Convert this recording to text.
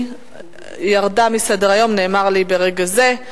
ירד מסדר-היום, נאמר לי ברגע הזה.